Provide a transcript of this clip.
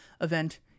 event